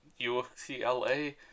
UCLA